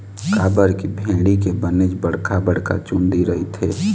काबर की भेड़ी के बनेच बड़का बड़का चुंदी रहिथे